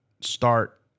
start